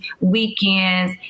weekends